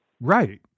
Right